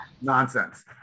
nonsense